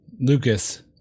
Lucas